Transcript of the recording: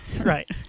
right